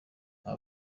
aba